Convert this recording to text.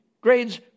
grades